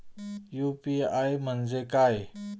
UPI म्हणजे काय?